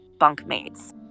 bunkmates